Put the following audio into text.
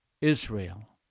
Israel